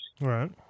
Right